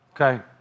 Okay